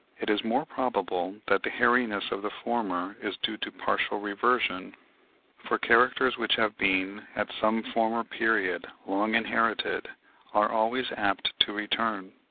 it is more probable that the hairiness of the former is due to partial reversion for characters which have been at some former period long inherited are always apt to return.